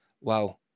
wow